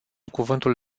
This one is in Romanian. cuvântul